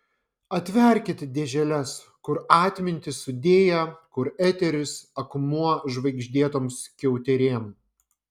atverkit dėželes kur atmintį sudėję kur eteris akmuo žvaigždėtom skiauterėm